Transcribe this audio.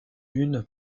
une